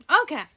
Okay